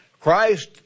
Christ